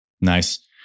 Nice